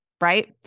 right